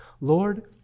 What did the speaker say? Lord